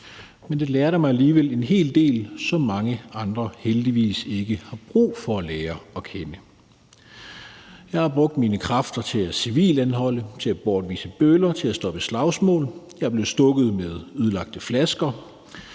men det lærte mig alligevel en hel del, som mange andre heldigvis ikke har brug for at lære at kende. Jeg har brugt mine kræfter på at foretage civile anholdelser, på at bortvise bøller og på at stoppe slagsmål. Jeg er blevet stukket med ødelagte flasker,